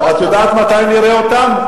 את יודעת מתי נראה אותם?